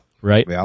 right